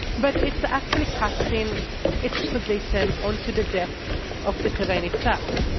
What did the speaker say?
but it's actually casting its position onto the depth of the terrain itself.